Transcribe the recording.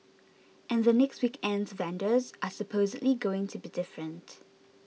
and the next weekend's vendors are supposedly going to be different